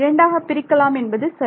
இரண்டாகப் பிரிக்கலாம் என்பது சரி